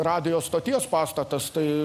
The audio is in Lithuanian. radijo stoties pastatas tai